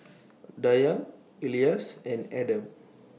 Dayang Elyas and Adam